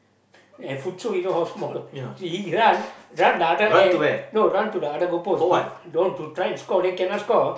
and futsal you know how small or not he run run the other end no run to the other goalpost he want to try to score then cannot score